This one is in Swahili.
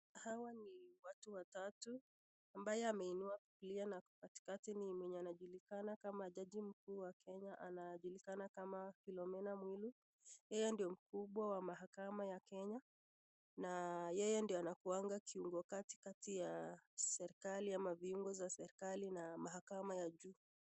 Hawa ni watu watatu, ambaye ame inua Bibilia na ako kati kati na anajulikana kama jaji mkuu wa Kenya ana julikana kama Philomena Mwilu, yeye ndio mkubwa wa mahakama ya Kenya na yeye ndio ana kuwanga kiungo kati kati ya serikali ama viungo vya serikali na mahakama ya juu.